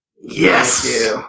Yes